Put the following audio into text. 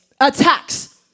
attacks